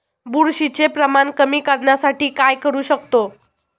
बुरशीचे प्रमाण कमी करण्यासाठी काय करू शकतो?